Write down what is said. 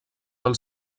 del